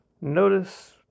notice